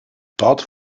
dort